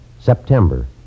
September